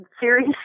series